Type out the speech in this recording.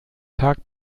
tag